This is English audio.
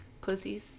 Pussies